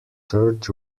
third